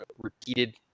repeated